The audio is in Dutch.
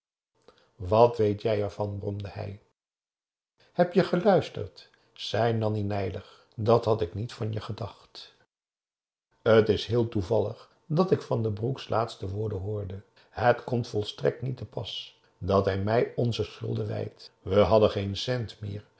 wat weet jij ervan bromde hij heb je geluisterd zei nanni spijtig dat had ik niet van je gedacht t is heel toevallig dat ik van den broek's laatste woorden hoorde het komt volstrekt niet te pas dat hij mij onze schulden wijt we hadden geen cent meer